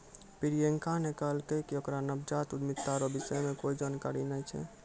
प्रियंका ने कहलकै कि ओकरा नवजात उद्यमिता रो विषय मे कोए जानकारी नै छै